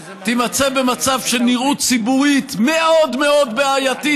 תימצא במצב של נראות ציבורית מאוד מאוד בעייתית,